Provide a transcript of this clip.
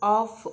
off